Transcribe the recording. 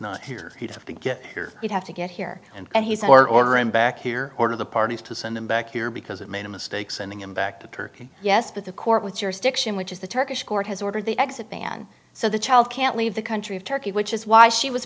not here he'd have to get here we'd have to get here and he's our ordering back here or to the parties to send him back here because it made a mistake sending him back to turkey yes but the court with your stiction which is the turkish court has ordered the exit ban so the child can't leave the country of turkey which is why she was